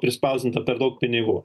prispausdinta per daug pinigų